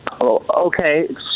okay